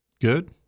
Good